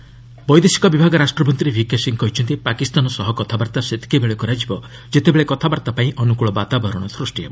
V K Singh Pak ବୈଦେଶିକ ବିଭାଗ ରାଷ୍ଟ୍ରମନ୍ତ୍ରୀ ଭିକେ ସିଂ କହିଛନ୍ତି ପାକିସ୍ତାନ ସହ କଥାବାର୍ତ୍ତା ସେତିକିବେଳେ କରାଯିବ ଯେତେବେଳେ କଥାବାର୍ତ୍ତାପାଇଁ ଅନୁକୂଳ ବାତାବରଣ ସ୍ଚୁଷ୍ଟି ହେବ